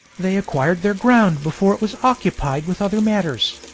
they acquired their ground before it was occupied with other matters.